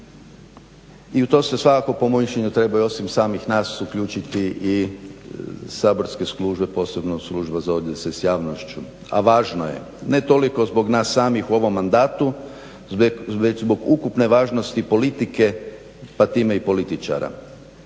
i to se svakako po mom mišljenju osim samih nas uključiti i saborske službe, posebno Služba za odnose s javnošću. A važno je, ne toliko zbog nas samih u ovom mandatu već zbog ukupne važnosti politike pa time i političara.